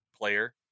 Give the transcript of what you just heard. player